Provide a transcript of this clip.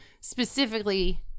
specifically